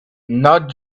not